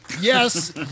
yes